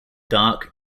dark